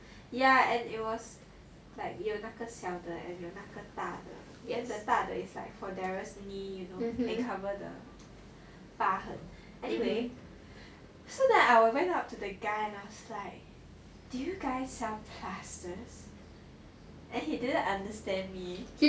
ya and it was like 有那个小的 and 大的 and the 大的 is like for can cover the 疤痕 anyway so then I went up to the guy and I was like do you guys sell plasters and he didn't understand me